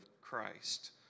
Christ